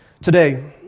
Today